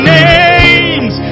names